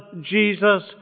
Jesus